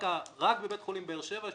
רק בבית החולים באר שבע,